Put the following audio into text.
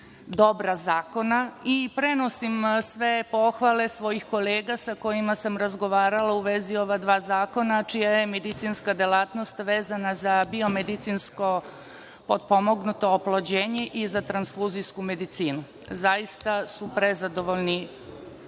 dobra zakona i prenosim sve pohvale svojih kolega sa kojima sam razgovarala u vezi ova dva zakona, čija je medicinska delatnost vezana za biomedicinsko potpomognuto oplođenje i za transfuzijsku medicinu. Zaista su prezadovoljni